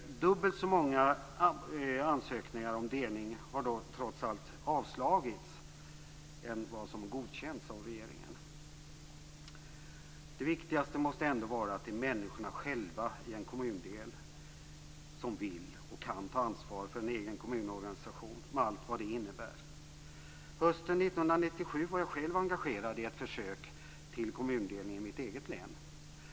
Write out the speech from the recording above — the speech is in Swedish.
Dubbelt så många ansökningar om delning har trots allt avslagits som godkänts av regeringen. Det viktigaste måste ändå vara att det är människorna själva i en kommundel som vill och kan ta ansvar för en egen kommunorganisation med allt vad det innebär. Hösten 1997 var jag själv engagerad i ett försök till kommundelning i mitt eget län.